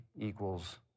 equals